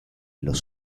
los